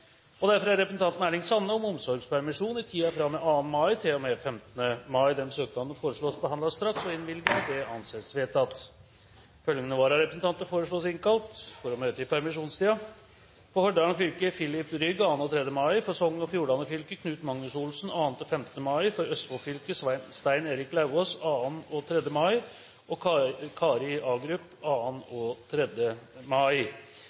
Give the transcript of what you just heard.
og med 2. mai til og med 15. mai Etter forslag fra presidenten ble enstemmig besluttet: Søknadene behandles straks og innvilges. Følgende vararepresentanter innkalles for å møte i permisjonstiden slik: For Hordaland fylke: Filip Rygg 2. og 3. mai For Sogn og Fjordane fylke: Knut Magnus Olsen 2.–15. mai For Østfold fylke: Stein Erik Lauvås 2. og 3. mai og Kari Agerup 2. og 3. mai